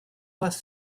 bus